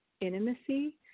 intimacy